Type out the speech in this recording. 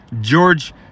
George